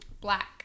black